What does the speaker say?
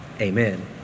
amen